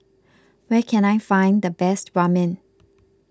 where can I find the best Ramen